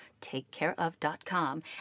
TakeCareOf.com